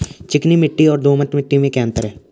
चिकनी मिट्टी और दोमट मिट्टी में क्या क्या अंतर है?